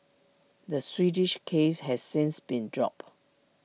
the Swedish case has since been dropped